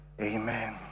Amen